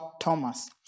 Thomas